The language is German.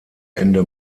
ende